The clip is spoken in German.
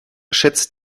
schätzt